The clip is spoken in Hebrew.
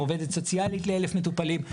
עובדת סוציאלית ל-1,000 מטופלים.